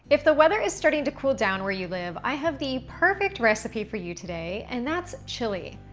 if the weather is starting to cool down where you live, i have the perfect recipe for you today, and that's chili.